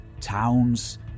towns